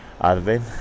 Advent